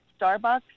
Starbucks